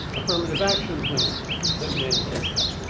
affirmative action plan that mandates that.